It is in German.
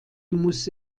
muss